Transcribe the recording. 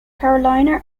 carolina